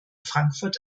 frankfurt